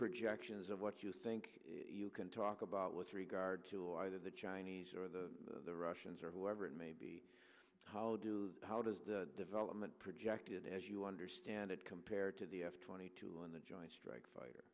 projections of what you think you can talk about with regard to either the chinese or the the russians or whoever it may be how do how does the development projected as you understand it compared to the f twenty two and the joint strike fighter